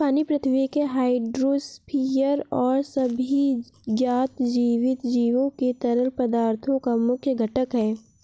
पानी पृथ्वी के हाइड्रोस्फीयर और सभी ज्ञात जीवित जीवों के तरल पदार्थों का मुख्य घटक है